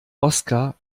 oskar